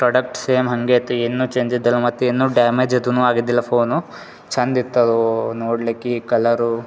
products same ಹಂಗೇ ಇತ್ತು ಏನು ಚೇಂಜ್ ಇದ್ದಿಲ್ಲ ಮತ್ತು ಏನು ಡ್ಯಾಮೇಜ್ ಇದುನು ಆಗಿದ್ದಿಲ್ಲ ಫೋನು ಚಂದ ಇತ್ತು ಅದೂ ನೋಡ್ಲಿಕ್ಕೆ ಈ ಕಲರು